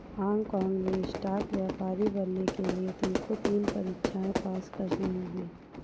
Hong काँग में stock व्यापारी बनने के लिए तुमको तीन परीक्षाएं पास करनी होंगी